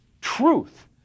truth